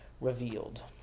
Revealed